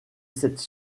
cette